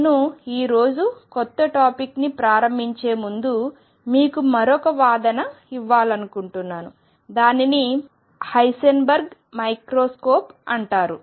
నేను ఈ రోజు కొత్త టాపిక్ని ప్రారంభించే ముందు మీకు మరొక వాదన ఇవ్వాలనుకుంటున్నాను దానిని హైసెన్బర్గ్ మైక్రోస్కోప్ అంటారు